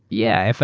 yeah.